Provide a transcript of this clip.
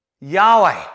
Yahweh